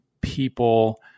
people